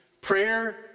prayer